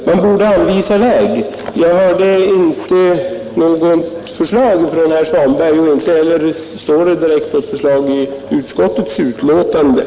Man borde anvisa en väg, men jag hörde inte något förslag från herr Svanberg och inte heller finns något direkt förslag i utskottsbetänkandet.